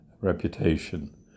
reputation